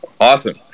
Awesome